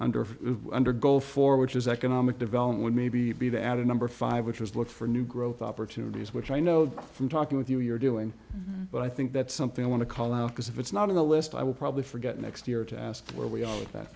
under under goal for which is economic development would maybe be the added number five which was look for new growth opportunities which i know from talking with you you're doing but i think that's something i want to call out because if it's not on the list i will probably forget next year to ask where we a